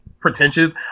pretentious